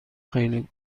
خیلی